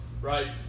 right